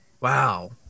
Wow